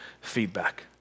feedback